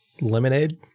Lemonade